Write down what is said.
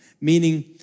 meaning